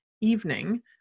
evening